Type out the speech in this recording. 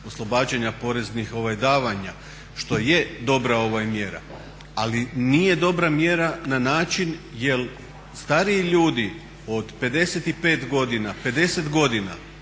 oslobađanja poreznih davanja što je dobra mjera. Ali nije dobra mjera na način jer stariji ljudi od 55 godina, 50 godina